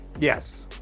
Yes